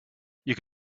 you